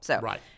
right